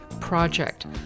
Project